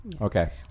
Okay